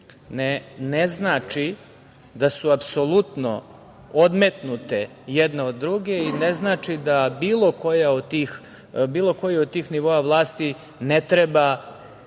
ne znači da su apsolutno odmetnute jedna od druge i ne znači da bilo koji od tih nivoa vlasti ne treba